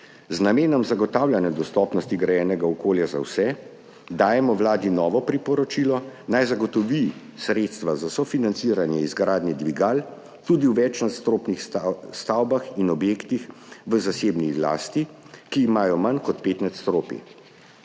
Z namenom zagotavljanja dostopnosti grajenega okolja za vse dajemo Vladi novo priporočilo, naj zagotovi sredstva za sofinanciranje izgradnje dvigal tudi v večnadstropnih stavbah in objektih v zasebni lasti, ki imajo manj kot pet nadstropij.